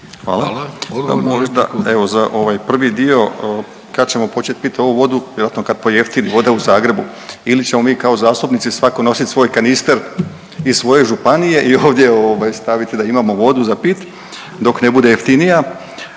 ovaj prvi dio, kad ćemo počet pit ovu vodu, vjerojatno kad pojeftini voda u Zagrebu ili ćemo mi kao zastupnici svatko nosit svoj kanister iz svoje županije i ovdje ovaj, staviti da imamo vodu za pit dok ne bude jeftinija.